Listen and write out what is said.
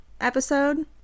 episode